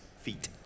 feet